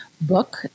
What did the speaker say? book